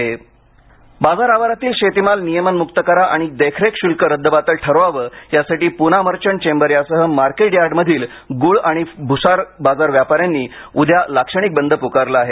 बाजार बंद बाजार आवारातील शेतीमाल नियमन मुक्त करा आणि देखरेख शुल्क रद्दबादल ठरवावे यासाठी पूना मर्चंट चेंबर यासह मार्केट यार्ड मधील गुळ आणि भुसार बाजार व्यापाऱ्यांनी उद्या लाक्षणिक बंद पुकारला आहे